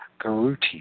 garuti